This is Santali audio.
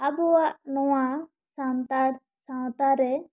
ᱟᱵᱚᱣᱟ ᱱᱚᱣᱟ ᱥᱟᱱᱛᱟᱲ ᱥᱟᱶᱛᱟᱨᱮ